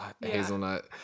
hazelnut